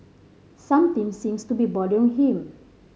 something seems to be bothering him